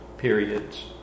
periods